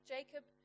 Jacob